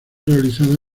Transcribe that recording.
realizada